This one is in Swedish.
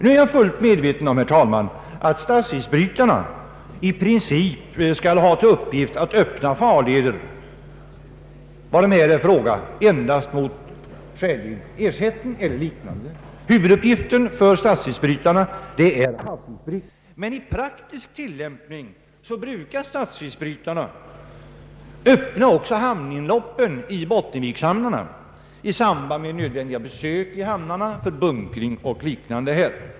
Nu är jag fullt medveten om, herr talman, att statsisbrytarna i princip skall ha till uppgift att öppna farleder, varom här är fråga, endast mot skälig ersättning. Huvuduppgiften för statsisbrytarna är havsisbrytning. Men i praktisk tillämpning brukar statsisbry tarna öppna också hamninloppen i Bottenvikshamnarna i samband med nödvändiga besök i hamnarna för bunkring och liknande.